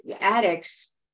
addicts